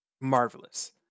marvelous